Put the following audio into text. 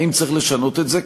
האם צריך לשנות את זה?